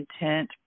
intent